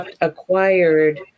acquired